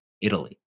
Italy